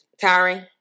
Tiring